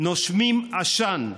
נושמים עשן.